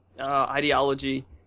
ideology